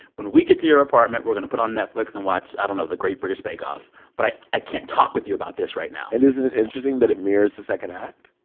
when we get to your apartment, we're going to put on netflix and watch i don't know the great british bake off. but i i can't talk with you about this right now and isn't it interesting that it mirrors the second act?